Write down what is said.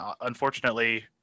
unfortunately